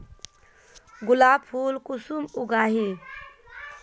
गुलाब फुल कुंसम उगाही?